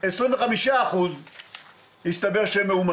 מסתבר ש-25% מאומתים,